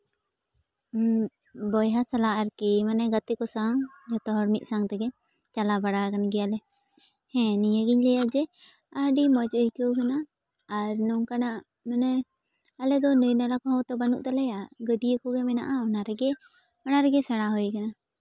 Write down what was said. ᱵᱚᱭᱦᱟ ᱥᱟᱞᱟᱜ ᱟᱨᱠᱤ ᱢᱟᱱᱮ ᱜᱟᱛᱮ ᱠᱚ ᱥᱟᱝ ᱡᱷᱚᱛᱚ ᱦᱚᱲ ᱢᱤᱫ ᱥᱟᱝ ᱛᱮᱜᱮ ᱪᱟᱞᱟᱣ ᱵᱟᱲᱟ ᱠᱟᱱ ᱜᱮᱭᱟᱞᱮ ᱦᱮᱸ ᱱᱤᱭᱟᱹᱜᱮᱧ ᱞᱟᱹᱭᱟ ᱡᱮ ᱟᱹᱰᱤ ᱢᱚᱡᱽ ᱟᱹᱭᱠᱟᱹᱣ ᱠᱟᱱᱟ ᱟᱨ ᱱᱚᱝᱠᱟᱱᱟᱜ ᱢᱟᱱᱮ ᱟᱞᱮ ᱫᱚ ᱱᱟᱹᱭ ᱱᱟᱞᱟ ᱠᱚᱦᱚᱸ ᱛᱚ ᱵᱟᱹᱱᱩᱜ ᱛᱟᱞᱮᱭᱟ ᱜᱟᱹᱰᱭᱟᱹ ᱠᱚᱜᱮ ᱢᱮᱱᱟᱜᱼᱟ ᱚᱱᱟ ᱨᱮᱜᱮ ᱚᱱᱟ ᱨᱮᱜᱮ ᱥᱮᱬᱟ ᱦᱩᱭ ᱠᱟᱱᱟ